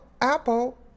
Apple